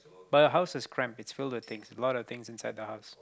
but the house is cramped it's filled with things a lot of things inside the house